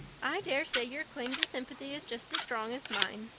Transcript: i dare say your claim to sympathy is just as strong as mine.